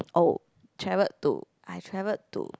oh travel to I travel to